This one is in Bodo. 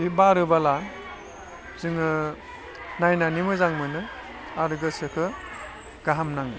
बे बारोबोला जोङो नायनानै मोजां मोनो आरो गोसोखौ गाहाम नाङो